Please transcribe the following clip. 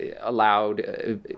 allowed